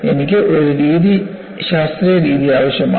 എനിക്ക് ഒരു ശാസ്ത്രീയ രീതി ആവശ്യമാണ്